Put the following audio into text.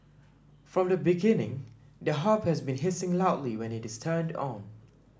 from the beginning the hob has been hissing loudly when it is turned on